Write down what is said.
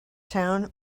town